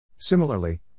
Similarly